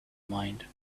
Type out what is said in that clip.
mind